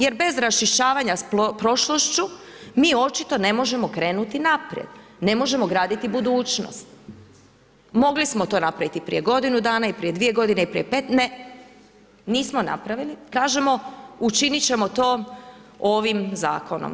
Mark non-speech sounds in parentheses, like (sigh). Jer bez raščišćavanja s prošlošću mi očito ne možemo krenuti naprijed, ne možemo graditi budućnost, mogli smo to napraviti prije godinu dana i prije dvije godine i prije … (unintelligible) nismo napravili, kažemo, učiniti ćemo to ovim zakonom.